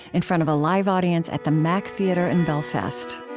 in front of a live audience at the mac theater in belfast